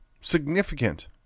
significant